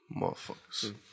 Motherfuckers